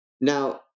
now